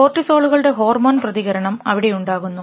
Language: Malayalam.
കോർട്ടിസോളുകളുടെ ഹോർമോൺ പ്രതികരണം അവിടെ ഉണ്ടാവുന്നു